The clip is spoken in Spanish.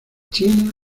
china